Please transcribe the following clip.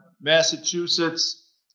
Massachusetts